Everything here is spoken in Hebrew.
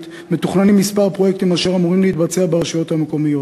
מתוכננים כמה פרויקטים אשר אמורים להתבצע ברשויות המקומיות,